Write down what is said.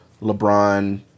LeBron